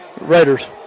Raiders